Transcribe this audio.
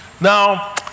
Now